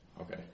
okay